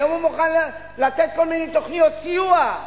היום הוא מוכן לתת כל מיני תוכניות סיוע.